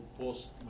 post